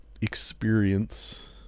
experience